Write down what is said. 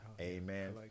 Amen